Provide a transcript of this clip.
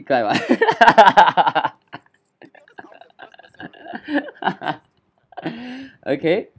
climb ah okay